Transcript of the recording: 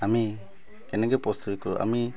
আমি কেনেকৈ প্ৰস্তুতি কৰোঁ আমি